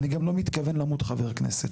אני גם לא מתכוון למות חבר כנסת.